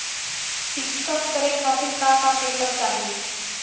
पिक्कस करे खातिर का का पेपर चाही?